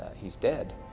he's dead.